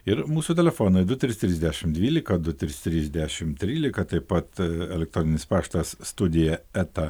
ir mūsų telefonai du trys trys dešimdvylika du trys trys dešimtrylika taip pat elektroninis paštas studija eta